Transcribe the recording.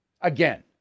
again